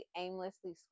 aimlessly